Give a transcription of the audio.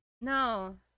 No